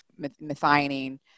methionine